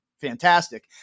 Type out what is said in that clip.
fantastic